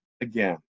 again